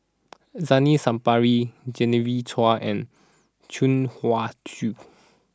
Zainal Sapari Genevieve Chua and Chuang Hui Tsuan